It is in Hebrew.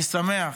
אני שמח